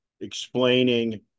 explaining